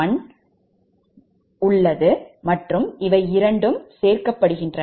1 உள்ளது மற்றும் இவை இரண்டும் சேர்க்கப்படுகின்றன